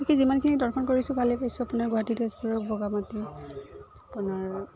গতিকে যিমানখিনি দৰ্শন কৰিছোঁ ভালেই পাইছোঁ আপোনাৰ গুৱাহাটী তেজপুৰ বগামাটি আপোনাৰ